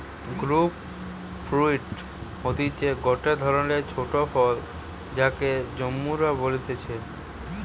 grape fruit হতিছে গটে ধরণের ছোট ফল যাকে জাম্বুরা বলতিছে